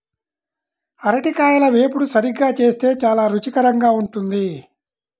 అరటికాయల వేపుడు సరిగ్గా చేస్తే చాలా రుచికరంగా ఉంటుంది